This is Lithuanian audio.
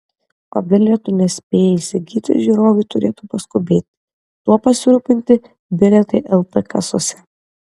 o bilietų nespėję įsigyti žiūrovai turėtų paskubėti tuo pasirūpinti bilietai lt kasose